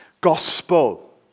Gospel